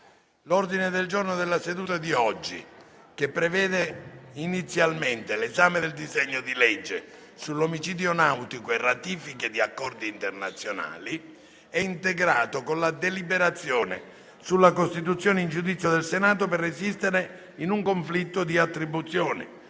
L'ordine del giorno della seduta di oggi, che prevedeva inizialmente l'esame del disegno di legge sull'omicidio nautico e ratifiche di accordi internazionali, è integrato con la deliberazione sulla costituzione in giudizio del Senato per resistere in un conflitto di attribuzioni.